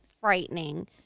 frightening